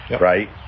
right